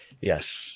Yes